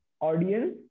audience